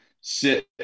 sit